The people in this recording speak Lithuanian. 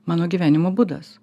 mano gyvenimo būdas